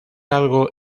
algo